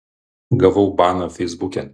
gavau baną feisbuke